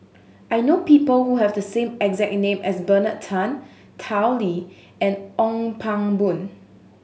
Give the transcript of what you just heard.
I know people who have the same exact a name as Bernard Tan Tao Li and Ong Pang Boon